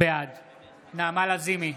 בעד נעמה לזימי,